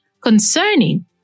concerning